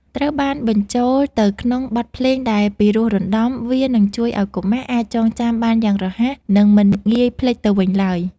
ត្រូវបានបញ្ចូលទៅក្នុងបទភ្លេងដែលពិរោះរណ្តំ វានឹងជួយឱ្យកុមារអាចចងចាំបានយ៉ាងរហ័ស និងមិនងាយភ្លេចទៅវិញឡើយ។